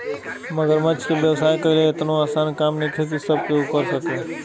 मगरमच्छ के व्यवसाय कईल एतनो आसान काम नइखे की सब केहू कर सके